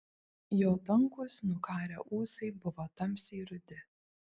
jo tankūs nukarę ūsai buvo tamsiai rudi